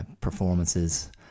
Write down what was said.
performances